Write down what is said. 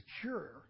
Secure